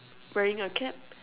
wearing a cap